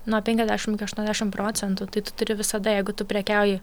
nuo penkiasdešimt iki aštuoniasdešimt procentų tai tu turi visada jeigu tu prekiauji